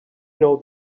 know